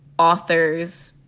authors,